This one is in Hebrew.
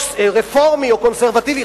רפורמי או קונסרבטיבי,